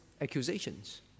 accusations